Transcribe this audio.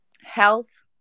Health